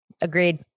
Agreed